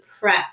prep